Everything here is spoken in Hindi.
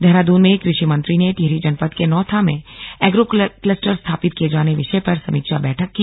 देहरादून में कृषि मंत्री ने टिहरी जनपद के नौथा में एग्रो क्लस्टर स्थापित किये जाने विषय पर समीक्षा बैठक की